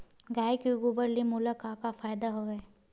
गाय के गोबर ले मोला का का फ़ायदा हवय?